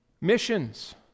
missions